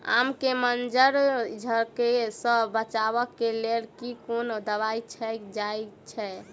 आम केँ मंजर झरके सऽ बचाब केँ लेल केँ कुन दवाई देल जाएँ छैय?